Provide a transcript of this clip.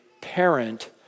parent